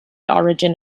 origin